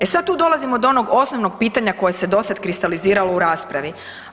E sad tu dolazimo do onog osnovnog pitanja koje se dosad kristaliziralo u raspravi.